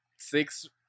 Six